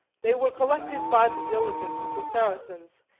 they were collected by the diligence of the saracens,